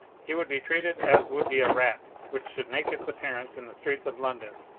he would be treated as would be a rat which should make its appearance in the streets of london,